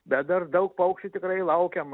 bet dar daug paukščių tikrai laukiam